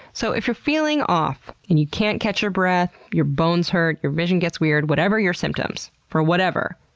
so, if you're feeling off, and you can't catch your breath, your bones hurt, your vision gets weird, whatever your symptoms, for whatever,